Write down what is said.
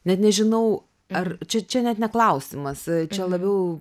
net nežinau ar čia čia net ne klausimas čia labiau